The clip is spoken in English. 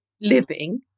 Living